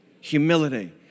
Humility